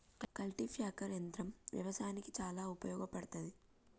cultipacker యంత్రం వ్యవసాయానికి చాలా ఉపయోగపడ్తది